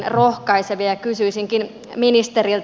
kysyisinkin ministeriltä